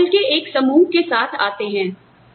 आप कौशल के एक समूह के साथ आते हैं